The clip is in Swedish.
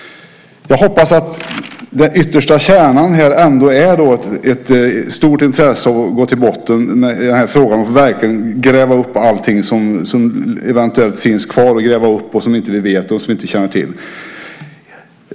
Jag hoppas att den yttersta kärnan här är ett stort intresse av att gå till botten i den här frågan och verkligen gräva upp allting som eventuellt finns kvar att gräva upp och som vi inte känner till.